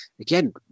again